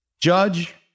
Judge